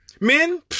Men